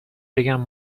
بگم